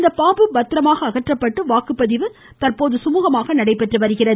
இந்த பாம்பு பத்திரமாக அகற்றப்பட்டு வாக்குப்பதிவு சுமுகமாக நடைபெற்று வருகிறது